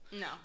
No